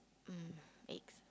mm eggs